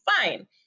fine